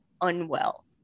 unwell